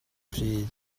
pryd